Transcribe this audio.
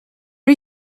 are